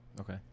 Okay